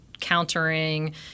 countering